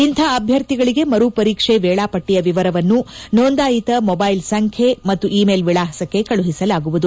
ಇಂಥ ಅಭ್ಯರ್ಥಿಗಳಿಗೆ ಮರು ಪರೀಕ್ಷೆ ವೇಳಾಪಟ್ಟಿಯ ವಿವರವನ್ನು ನೋಂದಾಯಿತ ಮೊಬ್ಟೆಲ್ ಸಂಖ್ಯೆ ಮತ್ತು ಇಮೇಲ್ ವಿಳಾಸಕ್ಕೆ ಕಳುಹಿಸಲಾಗುವುದು